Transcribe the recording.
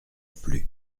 plus